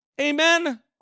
amen